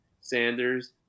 Sanders